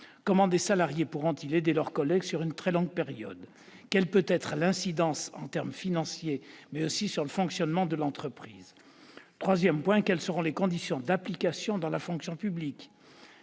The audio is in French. Comment des salariés pourront-ils aider un collègue sur une très longue période ? Quelle peut être l'incidence de ce soutien, non seulement en termes financiers, mais aussi sur le fonctionnement de l'entreprise ? Troisièmement, quelles seront les conditions d'application de ce dispositif dans la fonction publique ?